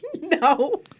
No